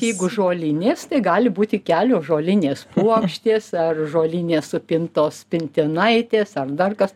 jeigu žolinės tai gali būti kelios žolinės puokštės ar žolinės supintos pintinaitės ar dar kas